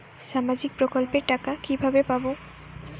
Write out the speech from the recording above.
সামাজিক প্রকল্পের টাকা কিভাবে পাব?